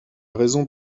raison